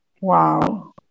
Wow